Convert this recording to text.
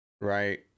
Right